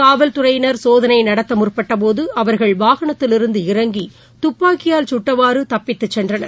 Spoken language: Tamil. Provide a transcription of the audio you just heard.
காவல் துறையினர் சோதனை நடத்த முற்பட்டபோது அவர்கள் வாகனத்தில் இருந்து இறங்கி துப்பாக்கியால் சுட்டவாறு தப்பித்துச்சென்றனர்